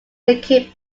came